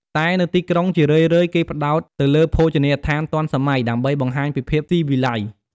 តែនៅទីក្រុងជារឿយៗគេផ្តោតទៅលើភោជនីយដ្ឋានទាន់សម័យ ដើម្បីបង្ហាញពីភាពស៊ីវិល័យ។